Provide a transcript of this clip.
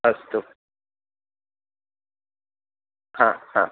अस्तु हा हा